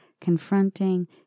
confronting